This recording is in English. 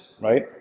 right